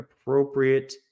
appropriate